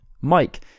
Mike